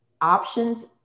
options